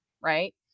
right